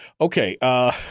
Okay